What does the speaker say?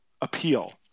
appeal